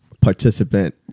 participant